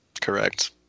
Correct